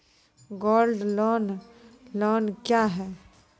Gold loan loan क्या हैं?